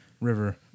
river